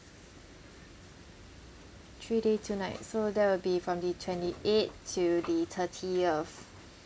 three day two night so that will be from the twenty eight to the thirtieth